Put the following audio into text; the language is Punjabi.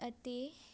ਅਤੇ